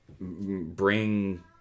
bring